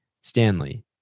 Stanley